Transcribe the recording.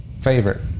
favorite